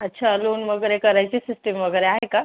अच्छा लोन वगैरे करायची सिस्टीम वगैरे आहे का